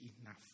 enough